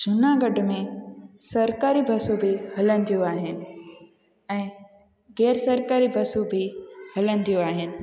जूनागढ़ में सरकारी बसूं बि हलंदियूं आहिनि ऐं ग़ैर सरकारी बसूं बि हलंदियूं आहिनि